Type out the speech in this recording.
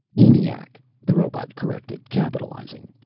eniac, the robot corrected, capitalizing.